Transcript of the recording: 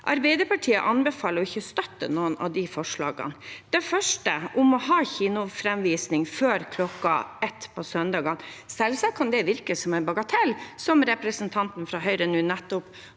Arbeiderpartiet anbefaler å ikke støtte noen av de forslagene. Til det første, om å ha kinoframvisning før klokken ett på søndagene: Selvsagt kan det virke som en bagatell, som representanten fra Høyre nå nettopp